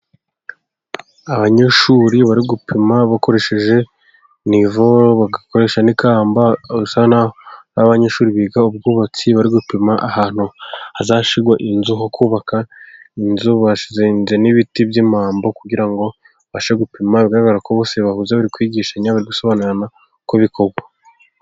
Abanyeshuri bari gupima bakoresheje nivo, bagakoresha n'ikamba, basa n'aho ari abanyeshuri biga ubwubatsi bari gupima ahantu hazashyirwa inzu ho kubaka inzu, bahashinze n'ibiti by'imambo kugira ngo babashe gupima, bigaragara ko bose bahuze barikwigishanya, bari gusobanurirana uko bikorwa.